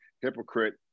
hypocrite